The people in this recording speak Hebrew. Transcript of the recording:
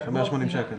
זה 180 שקלים.